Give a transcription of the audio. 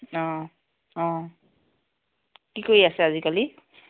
অ অ কি কৰি আছে আজিকালি